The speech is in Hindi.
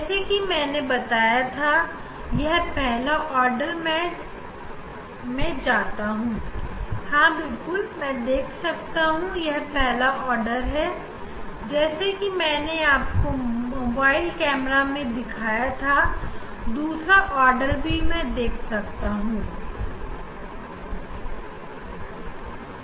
जैसे कि मैंने आपको बताया हम पहले आर्डर पर जाएंगे जिसे आप इस मोबाइल कैमरा के जरिए अच्छे से देख पा रहे होंगे